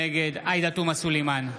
נגד עאידה תומא סלימאן,